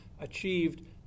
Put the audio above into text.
achieved